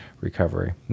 recovery